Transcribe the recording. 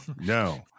No